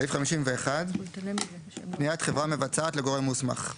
סעיף 51, פניית חברה מבצעת לגורם מוסמך.